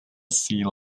sea